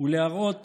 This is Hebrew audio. אוסאמה סעדי,